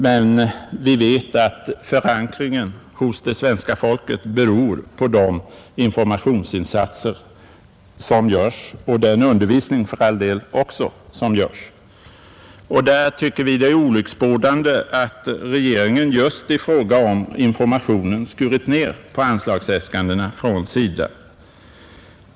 Men vi vet att förankringen hos det svenska folket beror på de informationsinsatser som görs och på den undervisning som ges. Därför tycker vi att det är olycksbådande att regeringen just i fråga om informationen skurit ner på anslagsäskandena från SIDA.